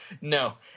no